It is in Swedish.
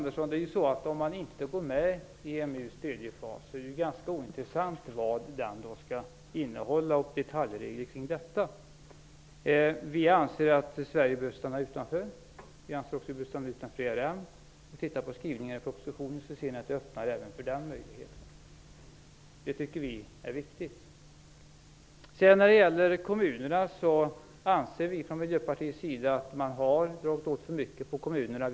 Fru talman! Om man inte går med i EMU:s tredje fas, Hans Andersson, är det ganska ointressant vad den skall innehålla och vilka detaljreglerna blir. Vi anser att Sverige bör stanna utanför. Vi anser också att vi bör stanna utanför ERM. Tittar ni på skrivningen i propositionen ser ni att den öppnar även för den möjligheten. Det tycker vi är viktigt. Vi anser från Miljöpartiets sida att man har dragit åt för mycket när det gäller kommunerna.